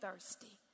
thirsty